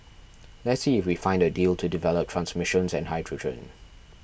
let's see if we find a deal to develop transmissions and hydrogen